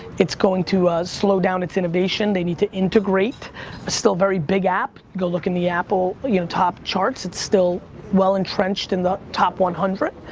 it's going to slow down its innovation. they need to integrate a still very big app. go look in the apple you know top charts. it's still well entrenched in the top one hundred,